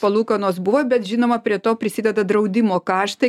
palūkanos buvo bet žinoma prie to prisideda draudimo kaštai